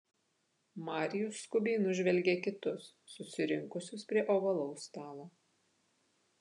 marijus skubiai nužvelgė kitus susirinkusius prie ovalaus stalo